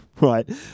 Right